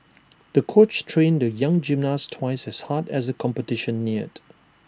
the coach trained the young gymnast twice as hard as the competition neared